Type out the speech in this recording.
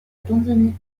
tanzanie